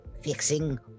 fixing